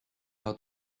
how